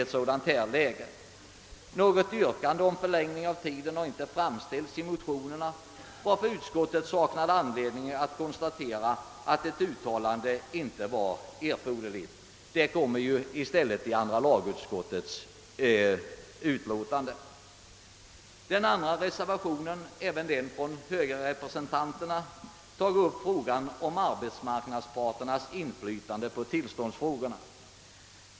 Något yrkande om förlängning av den tid, för vilken uppehållstillstånd icke erfordras, har icke framställts i motionerna, och utskottet har därför icke haft anledning att göra någon hemställan härom till riksdagen. Ett uttalande i denna fråga görs i stället av andra lagutskottet. Reservation nr 2, även den av högerrepresentanterna, tar upp frågan om arbetsmarknadsparternas inflytande på tillståndsgivningen.